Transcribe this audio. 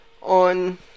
on